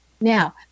Now